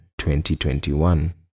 2021